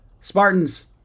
Spartans